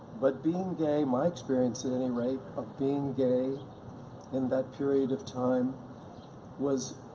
but being gay my experience at any rate of being gay in that period of time was